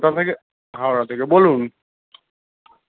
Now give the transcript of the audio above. কোথা থেকে হাওড়া থেকে বলুন